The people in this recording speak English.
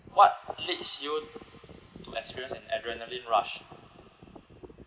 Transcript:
what leads you to experience an adrenaline rush